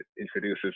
introduces